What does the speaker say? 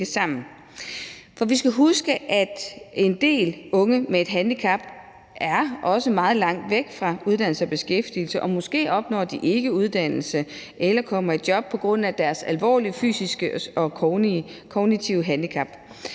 vi skal huske, at en del unge med et handicap også er meget langt væk fra uddannelse og beskæftigelse, og måske opnår de ikke uddannelse eller kommer heller ikke i job på grund af deres alvorlige fysiske og kognitive handicap.